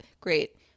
great